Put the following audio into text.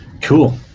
cool